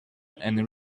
and